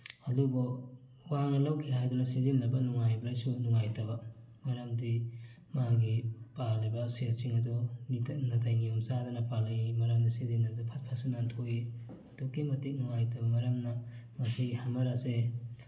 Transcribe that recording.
ꯑꯗꯨꯕꯨ ꯋꯥꯡꯅ ꯂꯧꯈꯤ ꯍꯥꯏꯗꯅ ꯁꯤꯖꯤꯟꯅꯕ ꯅꯨꯡꯉꯥꯏꯕ꯭ꯔꯁꯨ ꯅꯨꯡꯉꯥꯏꯇꯕ ꯃꯔꯝꯗꯤ ꯃꯥꯒꯤ ꯄꯥꯜꯂꯤꯕ ꯁꯦꯠꯁꯤꯡ ꯑꯗꯨ ꯅꯥꯇꯩ ꯅꯤꯌꯣꯝ ꯆꯥꯗꯅ ꯄꯥꯜꯂꯛꯏ ꯃꯔꯝꯗꯤ ꯁꯤꯖꯤꯟꯅꯕꯗ ꯐꯠ ꯐꯠꯁꯨ ꯅꯥꯟꯊꯣꯛꯏ ꯑꯗꯨꯛꯀꯤ ꯃꯇꯤꯛ ꯅꯨꯡꯉꯥꯏꯇꯕ ꯃꯔꯝꯅ ꯃꯁꯤꯒꯤ ꯍꯝꯃꯔ ꯑꯁꯦ